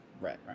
Right